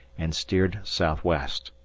and steered south-west.